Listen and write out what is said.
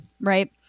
Right